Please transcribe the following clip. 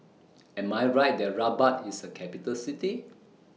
Am I Right that Rabat IS A Capital City